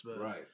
Right